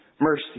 mercy